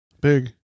Big